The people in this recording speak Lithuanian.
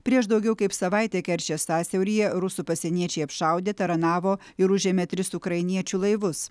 prieš daugiau kaip savaitę kerčės sąsiauryje rusų pasieniečiai apšaudė taranavo ir užėmė tris ukrainiečių laivus